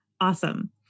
Awesome